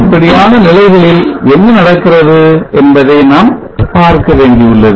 இப்படியான நிலைகளில் என்ன நடக்கிறது என்பதை நாம் பார்க்கவேண்டியுள்ளது